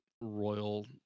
royal